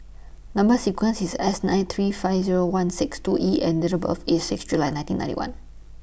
Number sequence IS S nine three five Zero one six two E and Date of birth IS six July nineteen ninety one